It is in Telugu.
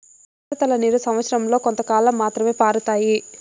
ఉపరితల నీరు సంవచ్చరం లో కొంతకాలం మాత్రమే పారుతాయి